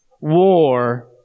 war